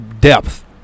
depth